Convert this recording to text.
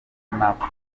macron